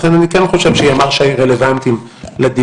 לכן אני כן חושב שימ"ר ש"י רלוונטיים לדיונים.